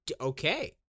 okay